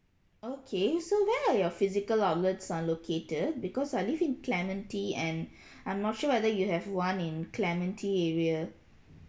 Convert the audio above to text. okay so where are your physical outlets are located because I live in clementi and I'm not sure whether you have one in clementi area